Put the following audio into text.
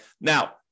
Now